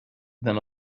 than